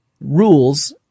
rules